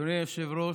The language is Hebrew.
אדוני היושב-ראש,